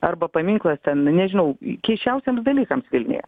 arba paminklas ten nežinau keisčiausiems dalykams vilniuje